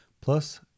Plus